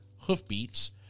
hoofbeats